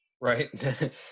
right